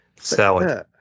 Salad